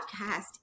podcast